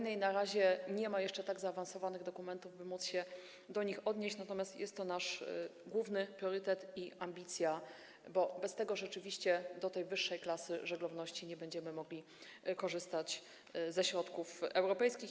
Na razie nie ma jeszcze tak zaawansowanych dokumentów, by móc się do nich odnieść, natomiast jest to nasz główny priorytet, nasza ambicja, bo bez tego rzeczywiście w przypadku tej wyższej klasy żeglowności nie będziemy mogli korzystać ze środków europejskich.